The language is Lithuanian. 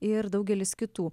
ir daugelis kitų